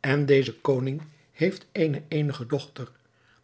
en deze koning heeft eene eenige dochter